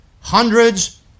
hundreds